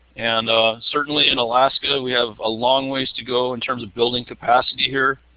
and certainly in alaska, we have a long ways to go in terms of building capacity here